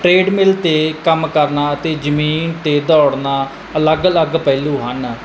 trade ਮਿਲ 'ਤੇ ਕੰਮ ਕਰਨਾ ਅਤੇ ਜ਼ਮੀਨ 'ਤੇ ਦੌੜਨਾ ਅਲੱਗ ਅਲੱਗ ਪਹਿਲੂ ਹਨ